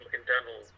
internal